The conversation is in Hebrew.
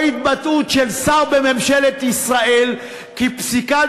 או התבטאות של שר בממשלת ישראל כי פסיקת